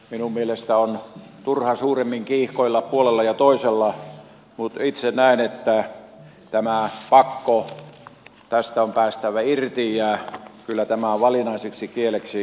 minun mielestäni on turha suuremmin kiihkoilla puolella ja toisella mutta itse näen että tästä pakosta on päästävä irti ja kyllä tämä on valinnaiseksi kieleksi laitettava